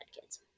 kids